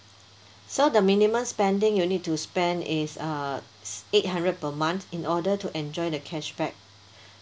so the minimum spending you need to spend is uh eight hundred per month in order to enjoy the cash back